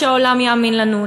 למה שהעולם יאמין לנו?